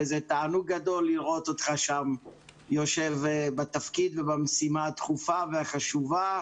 זה תענוג גדול לראות אותך שם יושב בתפקיד ובמשימה הדחופה והחשובה.